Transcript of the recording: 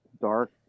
dark